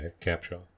Capshaw